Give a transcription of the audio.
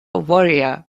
warrior